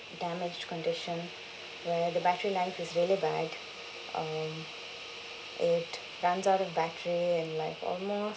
damaged condition where the battery life is really bad um it runs out of battery in like almost